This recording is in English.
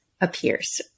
appears